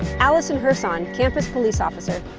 alison herson, campus police officer.